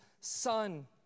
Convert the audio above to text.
son